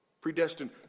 Predestined